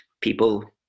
people